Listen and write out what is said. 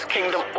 Kingdom